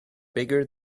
bigger